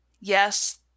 yes